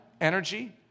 energy